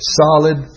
solid